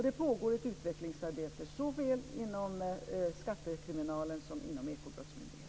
Det pågår ett utvecklingsarbete såväl inom skattekriminalen som inom Ekobrottsmyndigheten.